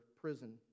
prison